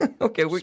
Okay